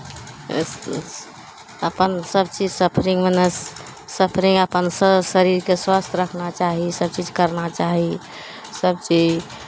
अपन सभचीज सफरिंगमे ने सफरिंग अपन सभ शरीरकेँ स्वस्थ रखना चाही सभचीज करना चाही सभचीज